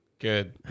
Good